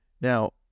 Now